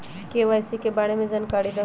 KYC के बारे में जानकारी दहु?